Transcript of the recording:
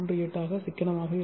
38 ஆக சிக்கனமாக இருக்கும்